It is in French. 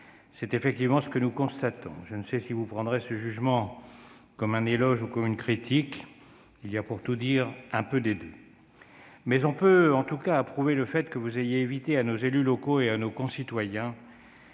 C'est effectivement ce que nous constatons. Je ne sais si vous prendrez ce jugement comme un éloge ou comme une critique. Il y a, pour tout dire, un peu des deux. En tout cas, on peut approuver le fait que vous ayez évité à nos élus locaux et à nos concitoyens